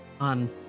on